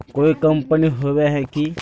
कोई कंपनी होबे है की?